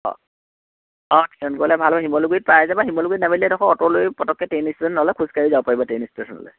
অঁ অঁ ট্ৰেইনত গ'লে ভাল হয় শিমলুগুৰিত পাই যাবা শিমলুগুৰিত নামিলে এইডোখৰ অটো লৈ পতককৈ ট্ৰেইন ষ্টেশ্যন নহ'লে খোজ কাঢ়ি যাব পাৰিবা ট্ৰেইন ষ্টেশ্যনলৈ